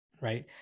right